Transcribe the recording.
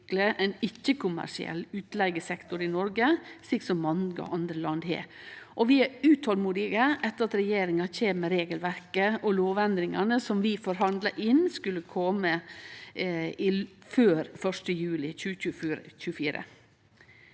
ein ikkjekommersiell utleigesektor i Noreg, slik mange andre land har. Vi er utolmodige etter at regjeringa skal kome med regelverket og lovendringane som vi forhandla inn at skulle kome før 1. juli 2024.